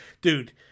Dude